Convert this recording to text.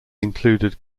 included